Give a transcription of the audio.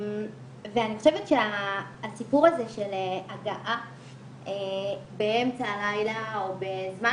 אני חושבת שהסיפור הזה של הגעה באמצע הלילה או בזמן